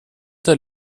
der